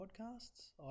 podcasts